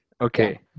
okay